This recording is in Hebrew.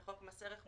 לחוק מס ערך מוסף,